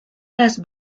las